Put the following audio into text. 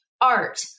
art